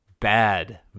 bad